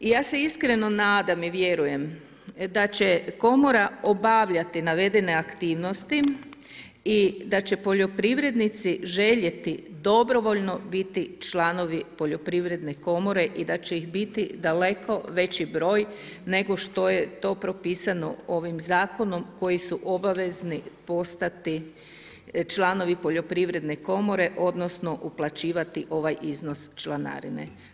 Ja se iskreno nadam i vjerujem da će komora obavljati navedene aktivnosti i da će poljoprivrednici željeti dobrovoljno biti članovi poljoprivredne komore i da će ih biti daleko veći broj nego što je to propisano ovim zakonom koji su obavezni postati članovi HPK odnosno uplaćivati ovaj iznos članarine.